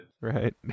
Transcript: Right